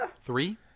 Three